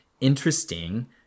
Interesting